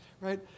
right